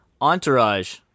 Entourage